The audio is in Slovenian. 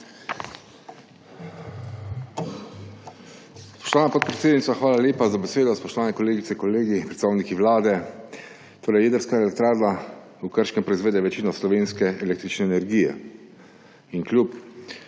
Spoštovana podpredsednica, hvala lepa za besedo. Spoštovane kolegice, kolegi, predstavniki Vlade! Jedrska elektrarna v Krškem proizvede večino slovenske električne energije in kljub